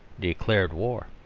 declared war.